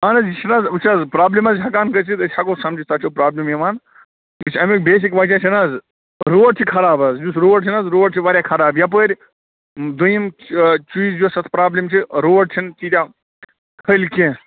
اَہَن حظ یہِ چھُنہٕ حظ وُچھ حظ پرٛابلِم حظ ہٮ۪کان گٔژھِتھ أسۍ ہٮ۪کو سَمجِتھ تۄہہِ چھَو پرٛابلم یِوان یُس اَمیُک بیسِک وَجہ چھُ نہٕ حظ روڈ چھِ خراب حظ یُس روڈ چھُنہٕ حظ روڈ چھِ واریاہ خراب یَپٲرۍ دوٚیِم چیٖز یۄس اَتھ پرٛابلِم چھِ روڈ چھِنہٕ تیٖتیاہ کھٔلۍ کیٚنٛہہ